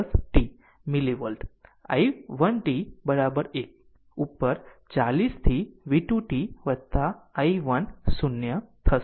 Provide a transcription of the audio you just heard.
power પર 10 t millivolt i 1 t 1 ઉપર 4 0 થી v 2 dt વત્તા i 1 0 હશે